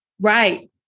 Right